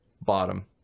bottom